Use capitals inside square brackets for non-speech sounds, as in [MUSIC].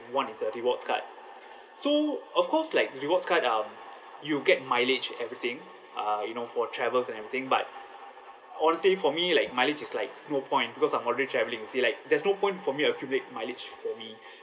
one is a rewards card [BREATH] so of course like rewards card um you get mileage everything uh you know for travels and everything but honestly for me like mileage is like no point because I'm already travelling you see like there's no point for me accumulate mileage for me